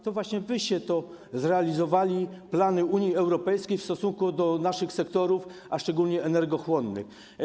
To właśnie wy zrealizowaliście plany Unii Europejskiej w stosunku do naszych sektorów, a szczególnie energochłonnych.